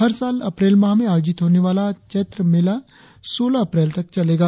हर साल अप्रैल माह में आयोजित होने वाला चैत्र मेला सोलह अप्रैल तक चलेगा